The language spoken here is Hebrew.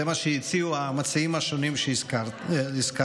זה מה שהציעו המציעים השונים שהזכרתי,